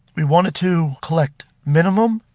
we wanted to collect minimum,